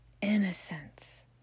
innocence